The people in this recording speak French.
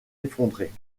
effondrée